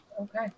Okay